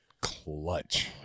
clutch